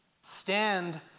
stand